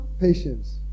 Patience